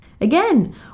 Again